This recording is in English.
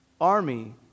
army